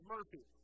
Murphy